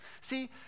See